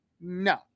No